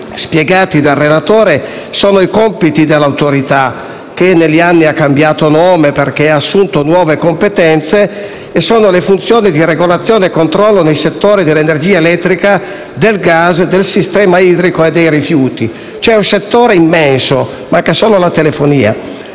spiegati dal relatore, poiché questa negli anni ha cambiato nome avendo assunto nuove competenze: si tratta delle funzioni di regolazione e controllo nei settori dell'energia elettrica, del gas, del sistema idrico e dei rifiuti. È un settore immenso - manca solo la telefonia,